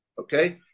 Okay